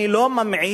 אני לא ממעיט